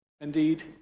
Indeed